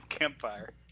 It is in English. campfire